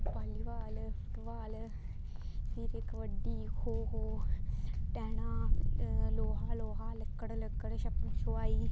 volleyball football फिर कबड्डी खो खो टैना लोहा लोहा लक्कड़ लक्कड़ छप्पन छपाई